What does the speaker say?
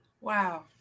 Wow